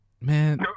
man